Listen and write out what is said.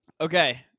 Okay